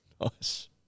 Nice